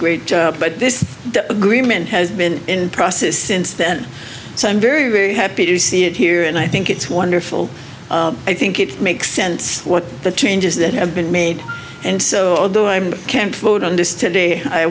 great job but this agreement has been in process since then so i'm very very happy to see it here and i think it's wonderful i think it makes sense what the changes that have been made and so although i'm can't vote on this today i